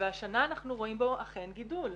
והשנה אנחנו רואים בו אכן גידול.